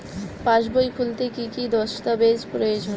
পাসবই খুলতে কি কি দস্তাবেজ প্রয়োজন?